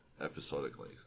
episodically